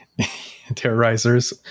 terrorizers